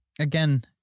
again